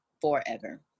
forever